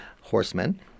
horsemen